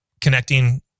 connecting